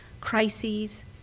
crises